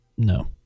No